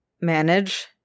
manage